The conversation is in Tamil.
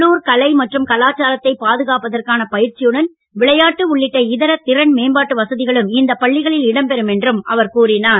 உள்ளூர் கலை மற்றும் கலாச்சாரத்தை பாதுகாப்பதற்கான பயிற்சியுடன் விளையாட்டு உள்ளிட்டு இதர திறன் மேம்பாட்டு வசதிகளும் இந்தப் பள்ளிகளில் இடம்பெறும் என்று அவர் கூறினார்